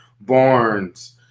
Barnes